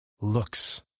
Looks